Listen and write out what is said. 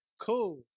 Cool